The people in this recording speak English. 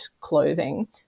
clothing